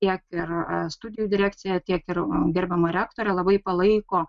tiek ir studijų direkcija tiek ir gerbiama rektorė labai palaiko